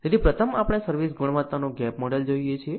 તેથી પ્રથમ આપણે સર્વિસ ગુણવત્તાનું ગેપ મોડેલ જોઈએ છીએ